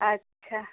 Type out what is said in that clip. अच्छा